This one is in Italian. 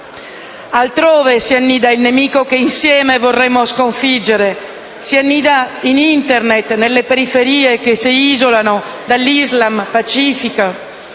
Altrove si annida il nemico che insieme vorremmo sconfiggere: in Internet, nelle periferie che si isolano dall'Islam pacifico,